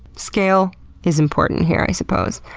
scale is important here, i suppose.